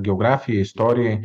geografijai istorijai